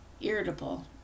irritable